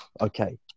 okay